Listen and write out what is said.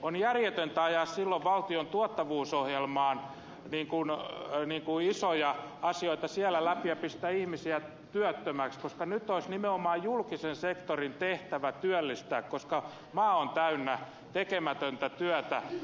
on järjetöntä ajaa silloin valtion tuottavuusohjelmaan isoja asioita läpi ja pistää ihmisiä työttömiksi koska nyt olisi nimenomaan julkisen sektorin tehtävä työllistää koska maa on täynnä tekemätöntä työtä